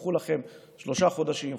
קחו לכם שלושה חודשים,